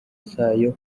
zayo